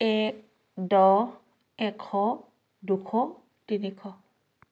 এক দহ এশ দুশ তিনিশ